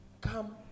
come